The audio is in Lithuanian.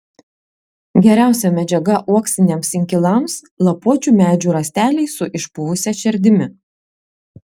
geriausia medžiaga uoksiniams inkilams lapuočių medžių rąsteliai su išpuvusia šerdimi